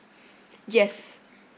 yes